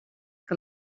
que